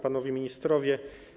Panowie Ministrowie!